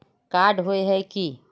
Card होय है की?